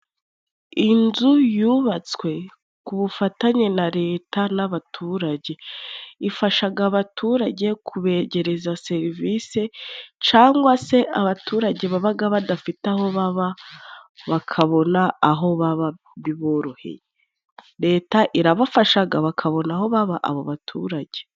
Inzu yubatswe ku bufatanye na Leta n'abaturage, ifasha abaturage kubegereza serivisi, cyangwa se abaturage baba badafite aho baba, bakabona aho baba biboroheye, Leta irabafasha bakabona aho baba abo baturage.